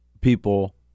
people